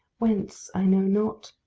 whence i know not,